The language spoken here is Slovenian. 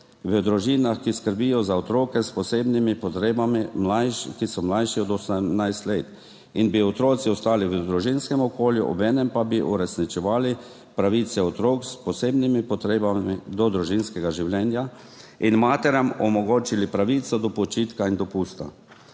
V družinah, ki skrbijo za otroke s posebnimi potrebami, ki so mlajši od 18 let, in bi otroci ostali v družinskem okolju, obenem pa bi uresničevali pravice otrok s posebnimi potrebami do družinskega življenja in materam omogočili pravico do počitka in dopusta.